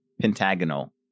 pentagonal